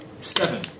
seven